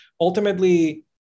ultimately